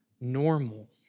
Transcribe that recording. normal